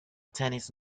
tennis